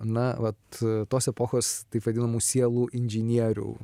na vat tos epochos taip vadinamų sielų inžinierių